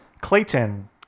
clayton